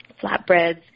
flatbreads